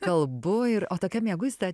kalbu ir o tokia mieguista